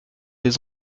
des